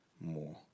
more